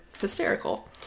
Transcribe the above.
hysterical